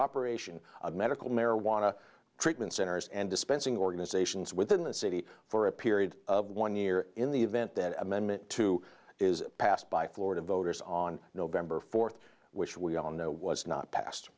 operation of medical marijuana treatment centers and dispensing organizations within the city for a period of one year in the event that amendment two is passed by florida voters on november fourth which we all know was not pas